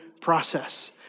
process